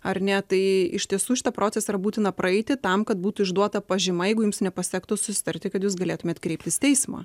ar ne tai iš tiesų šitą procesą būtina praeiti tam kad būtų išduota pažyma jeigu jums nepasisektų susitarti kad jūs galėtumėt kreiptis į teismą